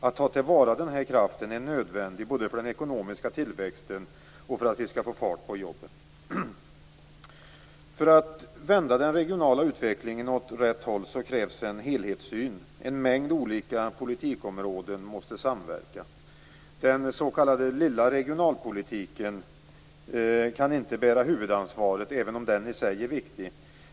Att ta till vara på kraften är nödvändigt för den ekonomiska tillväxten och för att få fart på jobben. För att vända den regionala utvecklingen åt rätt håll krävs en helhetssyn. En mängd olika politikområden måste samverka. Den s.k. lilla regionalpolitiken kan inte bära huvudansvaret, även om den i sig är viktig.